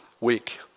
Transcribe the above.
week